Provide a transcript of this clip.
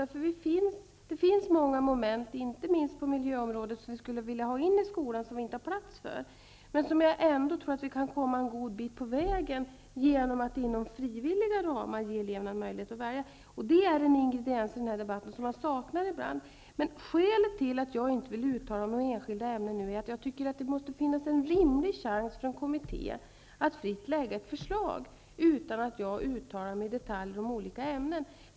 Det finns många moment, inte minst på miljöområdet, som vi skulle vilja ha in i skolan men som det inte finns plats för. Ändå tror jag att vi kan komma en god bit på vägen genom att inom frivillighetens ramar ge eleverna möjligheter att välja. Det är en ingrediens som ibland saknas i den här debatten. Skälet till att jag inte vill uttala mig om enskilda ämnen nu är att jag tycker att det måste finnas en rimlig chans för en kommitté att fritt lägga fram ett förslag utan att jag i detalj har uttalat mig i olika ämnen.